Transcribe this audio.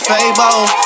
Fable